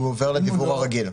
הוא עובר לדיוור הרגיל.